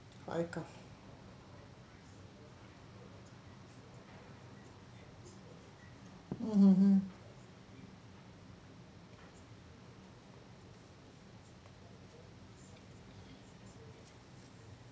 mm mm mm